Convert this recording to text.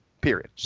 period